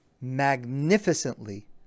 magnificently